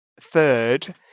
third